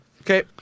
Okay